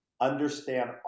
understand